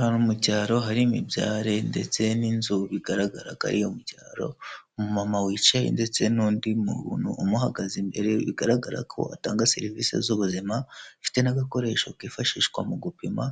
Hano mu cyaro harimobyare ndetse n'inzu bigaragaragaraga ari iyo mu cyaro, umumama wicaye, ndetse n'undi muntu umuhagaze imbere bigaragara ko atanga serivisi z'ubuzima, afite n'agakoresho kifashishwa mu gupima